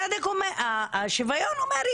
השוויון אומר,